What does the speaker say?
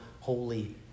holy